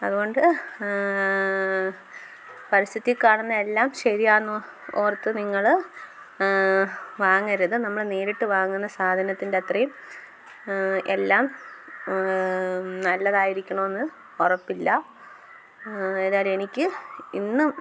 അതുകൊണ്ട് പരസ്യത്തിൽ കാണുന്ന എല്ലാം ശരിയാണെന്ന് ഓർത്ത് നിങ്ങൾ വാങ്ങരുത് നമ്മൾ നേരിട്ട് വാങ്ങുന്ന സാധനത്തിൻറ്റത്രയും എല്ലാം നല്ലതായിരിക്കണമെന്ന് ഉറപ്പില്ല എതായാലും എനിക്ക് ഇന്നും